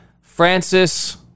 Francis